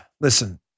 listen